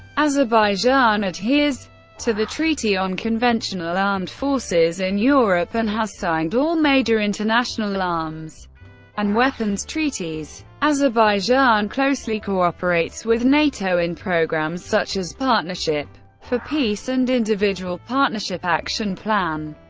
azerbaijan adheres to the treaty on conventional armed forces in europe and has signed all major international arms and weapons treaties. azerbaijan closely cooperates with nato in programs such as partnership for peace and individual partnership action plan.